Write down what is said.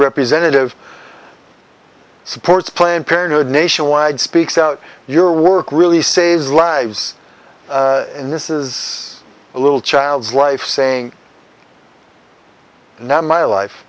representative supports planned parenthood nationwide speaks out your work really saves lives in this is a little child's life saying now my life